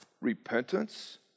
repentance